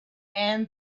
and